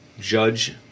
judge